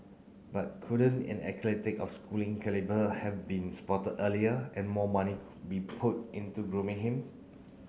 but couldn't an athletic of Schooling calibre have been spotted earlier and more money could be put into grooming him